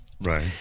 Right